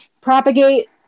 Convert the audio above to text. propagate